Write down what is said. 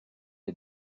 est